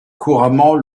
couramment